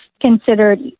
considered